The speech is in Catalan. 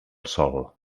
sol